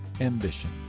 ambition